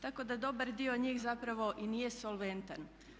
Tako da dobar dio njih zapravo i nije solventan.